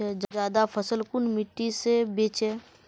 ज्यादा फसल कुन मिट्टी से बेचे?